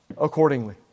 accordingly